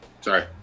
Sorry